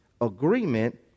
agreement